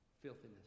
Filthiness